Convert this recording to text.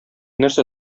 нәрсә